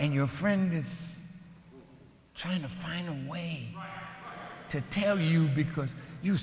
and your friend is trying to find a way to tell you because you